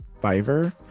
Fiverr